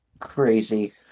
crazy